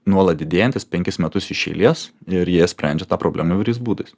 nuolat didėjantis penkis metus iš eilės ir jie sprendžia tą problemą įvairiais būdais